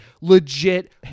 legit